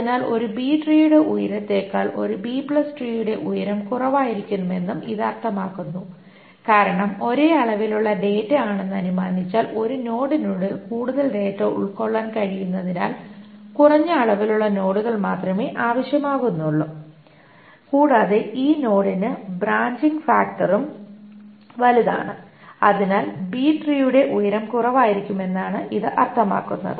അതിനാൽ ഒരു ബി ട്രീയുടെ ഉയരത്തേക്കാൾ ഒരു ബി ട്രീയുടെ B tree ഉയരം കുറവായിരിക്കുമെന്നും ഇത് അർത്ഥമാക്കുന്നു കാരണം ഒരേ അളവിലുള്ള ഡാറ്റ ആണെന്ന് അനുമാനിച്ചാൽ ഒരു നോഡിനുള്ളിൽ കൂടുതൽ ഡാറ്റ ഉൾക്കൊള്ളാൻ കഴിയുന്നതിനാൽ കുറഞ്ഞ അളവിലുള്ള നോഡുകൾ മാത്രമേ ആവശ്യമാകുന്നുള്ളു കൂടാതെ ഈ നോഡിന് ബ്രാഞ്ചിംഗ് ഫാക്ടറും വലുതാണ് അതിനാൽ ബി ട്രീയുടെ B tree ഉയരം കുറവായിരിക്കുമെന്നാണ് ഇത് അർത്ഥമാക്കുന്നത്